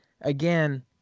again